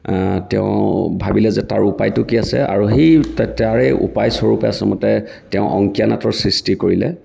তেওঁ ভাবিলে যে তাৰ উপায়টো কি আছে আৰু সেই তাৰে উপায় স্বৰুপে আচলতে তেওঁ অংকীয়া নাটৰ সৃষ্টি কৰিলে